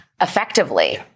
effectively